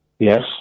Yes